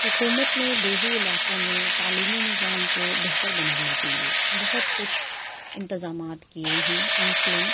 حکومت نے دیہی علاقوں میں تعلیمی نظام کو بہتر بنانے کے لیے بہت کچھ انتظامات کیے ہیں مثلاً